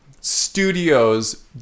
studios